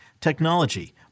technology